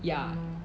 ya